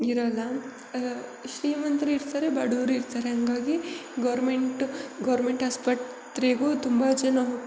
ಇರಲ್ಲ ಶ್ರೀಮಂತರು ಇರ್ತಾರೆ ಬಡವ್ರು ಇರ್ತಾರೆ ಹಂಗಾಗಿ ಗೌರ್ಮೆಂಟು ಗೌರ್ಮೆಂಟ್ ಆಸ್ಪತ್ರೆಗೂ ತುಂಬ ಜನ ಹೋಗ್ತಾರೆ